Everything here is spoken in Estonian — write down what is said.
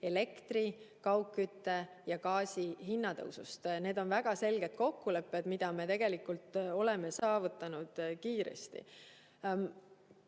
elektri-, kaugkütte- ja gaasihinna tõusust. Need on väga selged kokkulepped, mis me tegelikult oleme saavutanud kiiresti. Jah,